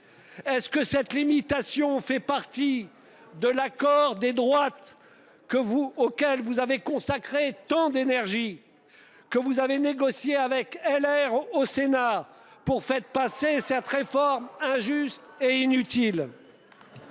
Est-ce que cette limitation fait partie de l'accord des droites. Que vous auquel vous avez consacré tant d'énergie. Que vous avez négocié avec LR au Sénat pour faire passer, c'est un très fort injuste et inutile.